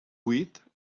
huit